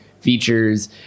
features